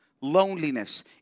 loneliness